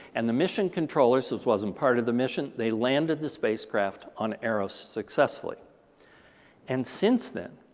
and the mission controllers this wasn't part of the mission they landed the spacecraft on eros successfully and since then,